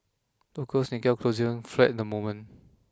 Tokyo's Nikkei closed flat the moment